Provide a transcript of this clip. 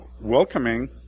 welcoming